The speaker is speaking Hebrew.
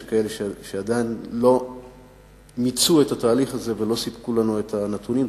ויש כאלה שעדיין לא מיצו את התהליך הזה ולא סיפקו לנו את הנתונים,